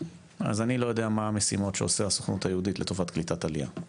אז אני לא יודע מה המשימות שעושה הסוכנות היהודית לטובת קליטת עלייה.